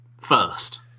first